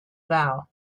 vow